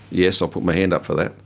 yes, i put my hand up for that.